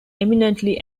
eminently